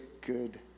good